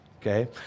okay